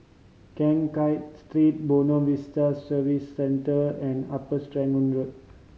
Keng Kiat Street Buona Vista Service Centre and Upper Serangoon Road